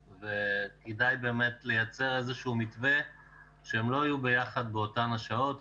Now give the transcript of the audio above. וכדאי באמת לייצר איזשהו מתווה שהם לא יהיו ביחד באותן השעות.